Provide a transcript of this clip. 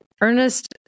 Ernest